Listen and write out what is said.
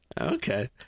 okay